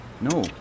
no